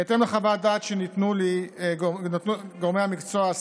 בהתאם לחוות דעת שנתנו לי גורמי המקצוע,